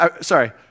Sorry